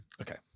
okay